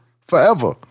forever